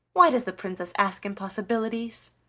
why does the princess ask impossibilities?